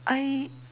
I